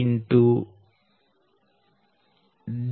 Dab dab